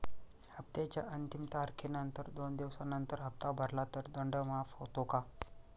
हप्त्याच्या अंतिम तारखेनंतर दोन दिवसानंतर हप्ता भरला तर दंड माफ होतो का?